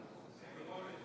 נגד יבגני סובה,